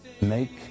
Make